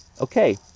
okay